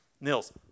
Nils